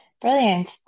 Brilliant